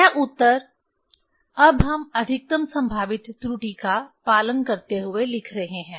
यह उत्तर अब हम अधिकतम संभावित त्रुटि का पालन करते हुए लिख रहे हैं